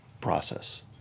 process